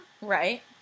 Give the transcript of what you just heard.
right